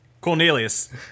Cornelius